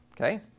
okay